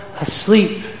asleep